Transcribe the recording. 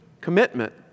commitment